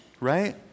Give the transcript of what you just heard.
right